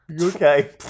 Okay